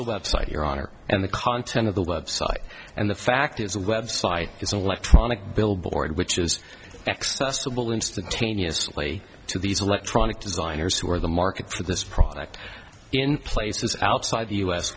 the web site your honor and the content of the website and the fact is a web site is an electronic billboard which is accessible instantaneously to these electronic designers who are the market for this product in places outside the u